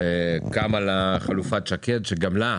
קמה חלופת שקד שגם היא